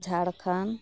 Jharkhand